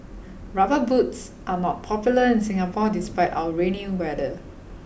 rubber boots are not popular in Singapore despite our rainy weather